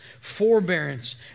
forbearance